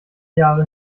jahre